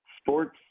Sports